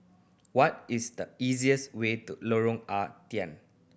what is the easiest way to Lorong Ah Thia